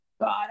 God